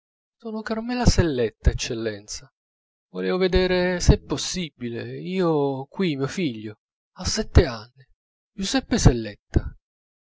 sono carmela selletta eccellenza volevo vedere se è possibile io ho qui mio figlio ha sette anni giuseppe selletta